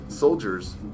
Soldiers